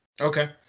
Okay